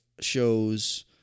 shows